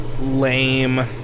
lame